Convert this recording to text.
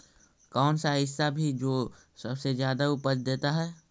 कौन सा ऐसा भी जो सबसे ज्यादा उपज देता है?